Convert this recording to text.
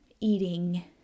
eating